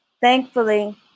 thankfully